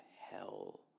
hell